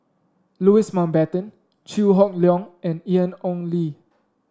Louis Mountbatten Chew Hock Leong and Ian Ong Li